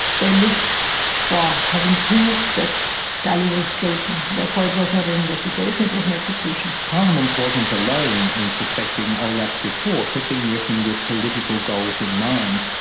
they looked for having proof that dalli was guilty, therefore it was not an investigation, it was an execution. parliament wasn't alone in a suspecting olaf's report had been written with political goals in mind.